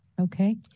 okay